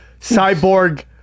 Cyborg